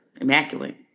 immaculate